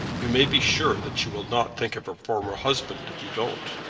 you may be sure that she will not think of her former husband, if you don't.